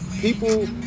people